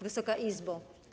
Wysoka Izbo!